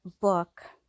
book